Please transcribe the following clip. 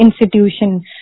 institution